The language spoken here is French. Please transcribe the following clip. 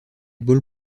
ball